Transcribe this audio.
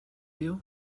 you